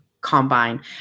combine